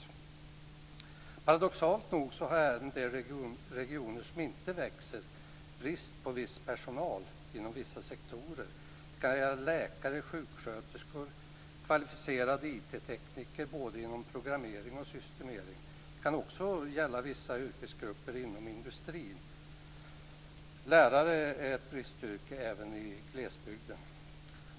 Paradoxalt nog har även de regioner som inte växer brist på viss personal inom vissa sektorer. Det kan gälla läkare, sjuksköterskor och kvalificerade IT tekniker både inom programmering och systemering. Det kan också gälla vissa yrkesgrupper inom industrin. Lärare är ett bristyrke även i glesbygden.